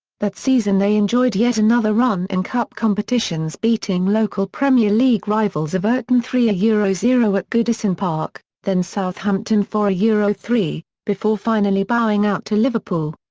that season they enjoyed yet another run in cup competitions beating local premier league rivals everton three yeah zero zero at goodison park, then southampton four yeah three, before finally bowing out to liverpool.